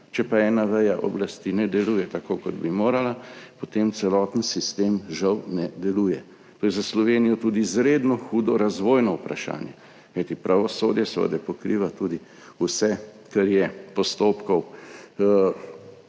Če pa ena veja oblasti ne deluje tako, kot bi morala, potem celoten sistem žal ne deluje. To je za Slovenijo tudi izredno hudo razvojno vprašanje, kajti pravosodje seveda pokriva tudi vse, kar je postopkov